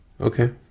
Okay